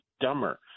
dumber